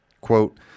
Quote